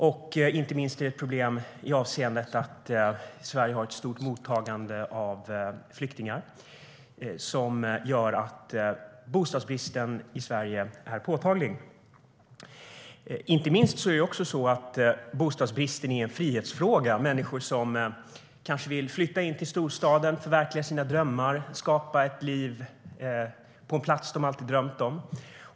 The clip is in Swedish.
Det är inte minst ett problem i det avseendet att Sverige har ett stort mottagande av flyktingar, vilket gör bostadsbristen i Sverige påtaglig. Bostadsbristen är också en frihetsfråga. Människor kanske vill flytta in till storstaden, förverkliga sina drömmar och skapa ett liv på en plats som de alltid har drömt om.